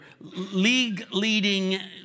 league-leading